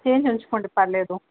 change ఉంచుకొండి పర్లేదు